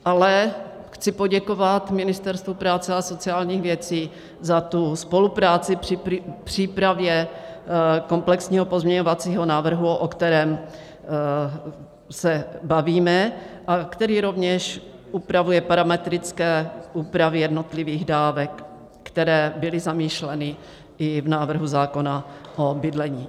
Ale chci poděkovat Ministerstvu práce a sociálních věcí za spolupráci při přípravě komplexního pozměňovacího návrhu, o kterém se bavíme a který rovněž upravuje parametrické úpravy jednotlivých dávek, které byly zamýšleny i v návrhu zákona o bydlení.